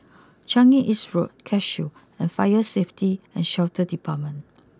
Changi East Road Cashew and fire Safety and Shelter Department